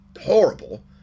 horrible